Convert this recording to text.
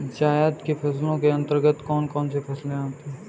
जायद की फसलों के अंतर्गत कौन कौन सी फसलें आती हैं?